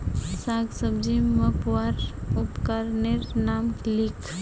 साग सब्जी मपवार उपकरनेर नाम लिख?